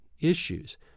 issues